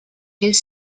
his